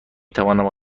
توانم